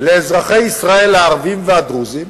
לאזרחי ישראל הערבים והדרוזים,